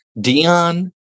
Dion